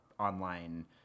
online